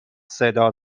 صدا